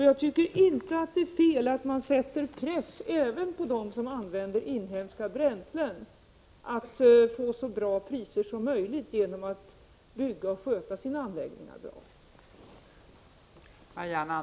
Jag tycker inte att det är fel att man sätter press även på dem som använder inhemska bränslen att få så låga kostnader som möjligt genom att bygga och sköta sina anläggningar väl.